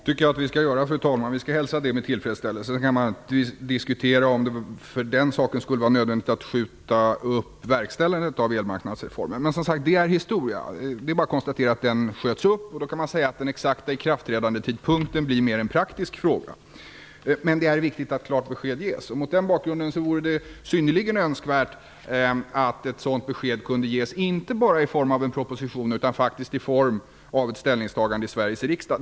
Fru talman! Det tycker jag att vi skall göra. Vi skall hälsa det med tillfredsställelse. Sedan kan man diskutera om det för den sakens skull var nödvändigt att skjuta upp verkställandet av elmarknadsreformen. Men, som sagt, det är historia. Det är bara att konstaterar att den sköts upp. Man kan säga att den exakta ikraftträdandetidpunkten blir mer en praktisk fråga, men det är viktigt att klart besked ges. Mot den bakgrunden vore det synnerligen önskvärt att ett sådant besked kunde ges inte bara i form av en proposition, utan i form av ett ställningstagande i Sveriges riksdag.